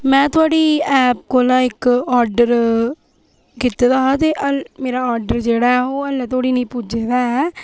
में थुआढ़ी एप कोला इक्क ऑर्डर कीते दा हा ते मेरा ऑर्डर जेह्ड़ा ऐ ओह् ऐल्लै धोड़ी निं पुज्जे दा ऐ